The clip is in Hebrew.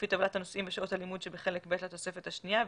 לפי טבלת הנושאים ושעות הלימוד שבחלק ב' לתוספת השנייה,